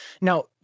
Now